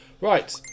right